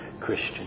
Christian